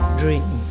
dream